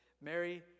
Mary